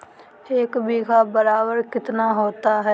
एक बीघा बराबर कितना होता है?